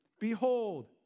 behold